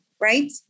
right